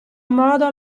modo